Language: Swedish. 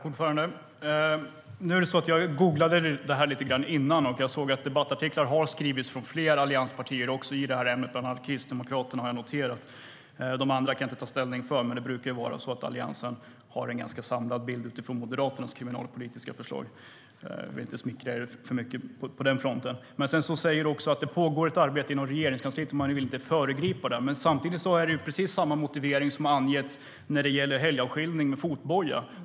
Herr talman! Jag googlade detta innan debatten. Då såg jag att flera allianspartier har skrivit debattartiklar i ämnet, bland annat Kristdemokraterna. Jag kan inte säga om de andra har gjort det, men Alliansen brukar ha en ganska samlad bild utifrån Moderaternas kriminalpolitiska förslag. Men jag vill inte smickra er för mycket på den fronten, Ellen Juntti. Du säger också att det pågår ett arbete inom Regeringskansliet och att ni inte vill föregripa det. Men precis samma motivering har angetts när det gäller helgavskiljning med fotboja.